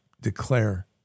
declare